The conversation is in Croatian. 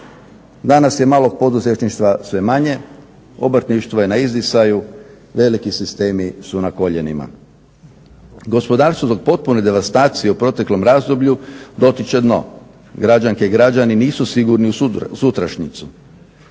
Danas je malog poduzetništva sve manje, obrtništvo je na izdisaju, veliki sistemi su na koljenima. Gospodarstvo do potpune devastacije u proteklom razdoblju dotiče dno. Građanke i građani nisu sigurni u sutrašnjicu.